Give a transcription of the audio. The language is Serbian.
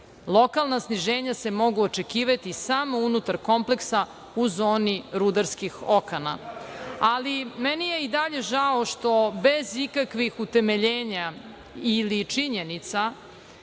Lokalna sniženja se mogu očekivati samo unutar kompleksa u zoni rudarskih okana. Ali, meni je i dalje žao što bez ikakvih utemeljenja ili činjenica